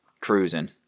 cruising